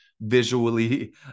visually